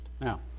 Now